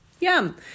yum